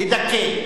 לדכא,